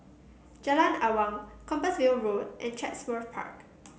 Jalan Awang Compassvale Road and Chatsworth Park